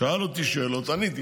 הוא שאל אותי שאלות, עניתי.